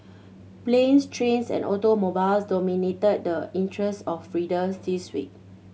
planes trains and automobiles dominated the interests of readers this week